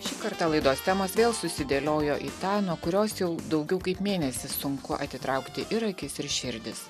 šį kartą laidos temos vėl susidėliojo į tą nuo kurios jau daugiau kaip mėnesį sunku atitraukti ir akis ir širdis